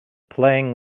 playing